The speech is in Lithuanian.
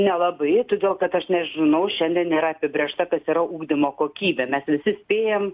nelabai todėl kad aš nežinau šiandien nėra apibrėžta kas yra ugdymo kokybė mes visi spėjam